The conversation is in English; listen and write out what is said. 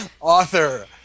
author